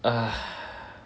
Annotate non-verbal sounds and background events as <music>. <breath>